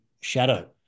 shadow